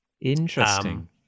Interesting